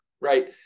right